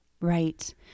Right